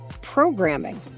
programming